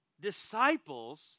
Disciples